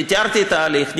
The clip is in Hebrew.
אני תיארתי את ההליך.